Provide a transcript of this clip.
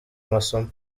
amasomo